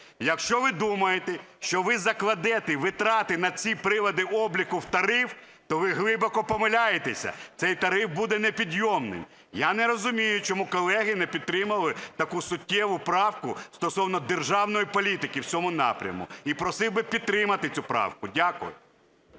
Якщо ви думаєте, що ви закладете витрати на ці прилади обліку в тариф, то ви глибоко помиляєтеся, цей тариф буде непідйомний. Я не розумію, чому колеги не підтримали таку суттєву правку стосовно державної політики в цьому напрямку і просив би підтримати цю правку. Дякую.